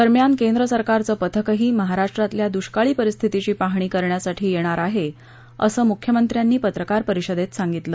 दरम्यान केंद्रसरकारचं पथकही महाराष्ट्रातल्या दुष्काळी परिस्थितीची पाहणी करण्यासाठी येणार आहे असंही मुख्यमंत्र्यांनी पत्रकार परिषदेत सांगितलं